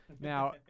Now